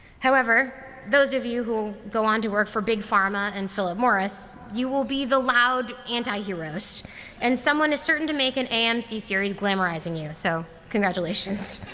however, those of you who go on to work for big pharma and phillip morris, you will be the loud anti-heroes and someone is certain to make an amc series glamorizing you. so congratulations.